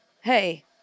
Hey